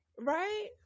right